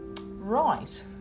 right